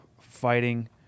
fighting